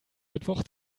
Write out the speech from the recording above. mittwoch